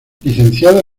licenciado